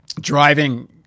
driving